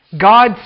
God